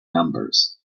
numbers